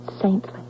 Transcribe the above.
saintly